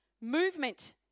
movement